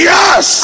Yes